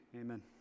Amen